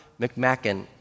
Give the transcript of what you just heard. McMacken